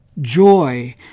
joy